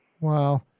Wow